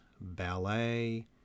ballet